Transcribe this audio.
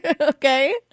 Okay